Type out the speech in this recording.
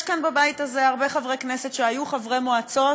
יש כאן בבית הזה הרבה חברי כנסת שהיו חברי מועצות